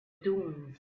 dunes